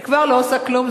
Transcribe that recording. היא כבר לא עושה כלום,